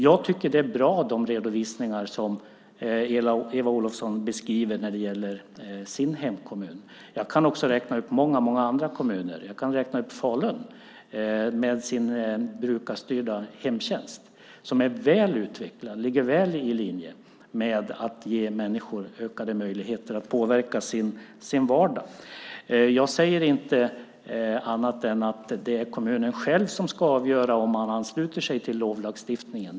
Jag tycker att de redovisningar som Eva Olofsson beskriver när det gäller hennes hemkommun är bra. Jag kan också räkna upp många andra kommuner. Jag kan nämna Falun med dess brukarstyrda hemtjänst som är väl utvecklad och ligger väl i linje med att ge människor ökade möjligheter att påverka sin vardag. Jag säger inte annat än att det är kommunen själv som ska avgöra om man ansluter sig till LOV-lagstiftningen.